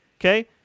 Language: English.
Okay